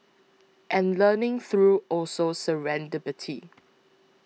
and learning through also serendipity